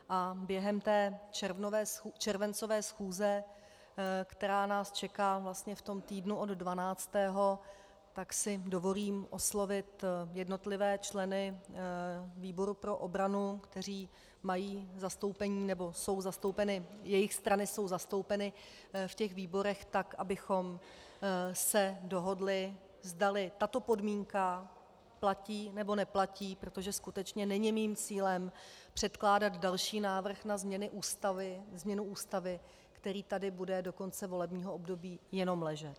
A během červencové schůze, která nás vlastně čeká v týdnu od 12., si dovolím oslovit jednotlivé členy výboru pro obranu, kteří mají zastoupení, nebo jsou zastoupeny jejich strany jsou zastoupeny ve výborech, tak, abychom se dohodli, zdali tato podmínka platí, nebo neplatí, protože skutečně není mým cílem předkládat další návrh na změnu Ústavy, který tady bude do konce volebního období jenom ležet.